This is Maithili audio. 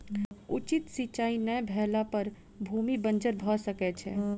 उचित सिचाई नै भेला पर भूमि बंजर भअ सकै छै